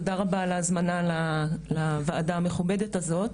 תודה רבה על ההזמנה לוועדה המכובדת הזאת